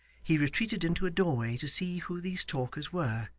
he retreated into a doorway to see who these talkers were,